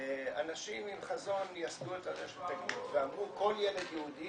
אנשים עם חזון ייסדו את תכנית 'תגלית' ואמרו שכל ילד יהודי